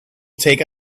take